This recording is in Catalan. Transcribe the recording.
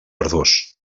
verdós